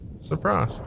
Surprise